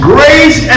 Grace